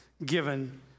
given